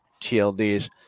TLDs